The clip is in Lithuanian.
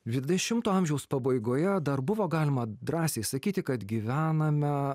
dvidešimto amžiaus pabaigoje dar buvo galima drąsiai sakyti kad gyvename